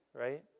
right